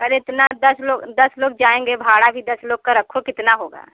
अरे इतना दस लोग दस लोग जाएँगे भाड़ा भी दस लोग का रखो कितना होगा